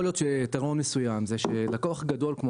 יכול להיות שיתרון מסוים זה שלקוח גדול כמו